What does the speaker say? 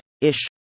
ish